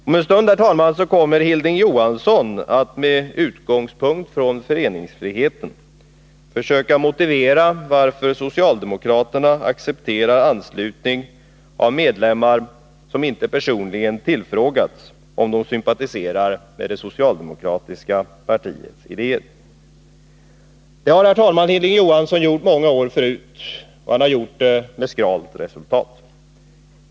Om en stund kommer Hilding Johansson att med utgångspunkt i föreningsfriheten försöka motivera varför socialdemokraterna accepterar anslutning av medlemmar som inte personligen har tillfrågats om huruvida de sympatiserar med det socialdemokratiska partiets idéer. Det har, herr talman, Hilding Johansson gjort många gånger förut — med skralt resultat.